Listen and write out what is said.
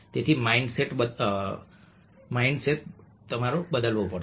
તેથી mind set બદલવો પડશે